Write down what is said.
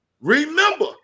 remember